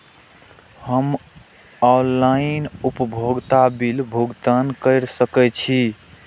हम ऑनलाइन उपभोगता बिल भुगतान कर सकैछी?